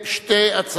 ועדת הפנים.